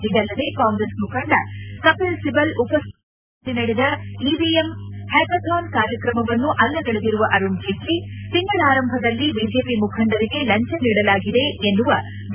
ಇದಲ್ಲದೆ ಕಾಂಗ್ರೆಸ್ ಮುಖಂಡ ಕಪಿಲ್ ಸಿಬಲ್ ಉಪ್ಕಿತಿಯಲ್ಲಿ ಲಂಡನ್ನಲ್ಲಿ ನಡೆದ ಇವಿಎಂ ಪ್ಕಾಕಾಥಾನ್ ಕಾರ್ಯತ್ರಮವನ್ನು ಅಲ್ಲಗಳೆದಿರುವ ಅರುಣ್ ಜೇಟ್ಲಿ ತಿಂಗಳಾರಂಭದಲ್ಲಿ ಬಿಜೆಪಿ ಮುಖಂಡರಿಗೆ ಲಂಜ ನೀಡಲಾಗಿದೆ ಎನ್ನುವ ಬಿ